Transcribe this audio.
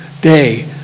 day